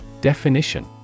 Definition